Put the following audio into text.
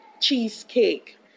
Cheesecake